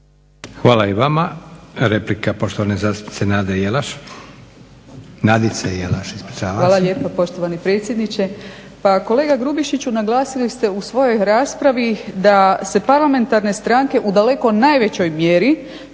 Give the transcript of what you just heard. Hvala i vama. Replika poštovane zastupnice Nade Jelaš. Nadice Jelaš, ispričavam se. **Jelaš, Nadica (SDP)** Hvala lijepo poštovani predsjedniče. Pa kolega Grubišiću, naglasili ste u svojoj raspravi da se parlamentarne stranke u daleko najvećoj mjeri